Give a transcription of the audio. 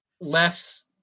less